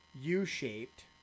U-shaped